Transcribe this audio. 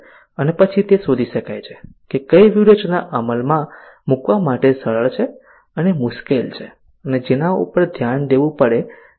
અને પછી તે શોધી શકાય છે કે કઈ વ્યૂહરચના અમલમાં મૂકવા માટે સરળ છે અને અને મુશ્કેલ છે અને જેના ઉપર ધ્યાન દેવું પડે તેવી છે